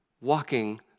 walking